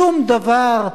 שום דבר,